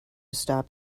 stop